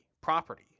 property